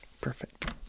perfect